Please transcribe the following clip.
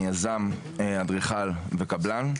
אני יזם, אדריכל וקבלן.